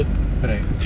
correct